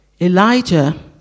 Elijah